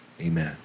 Amen